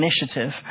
initiative